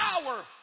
power